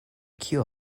kio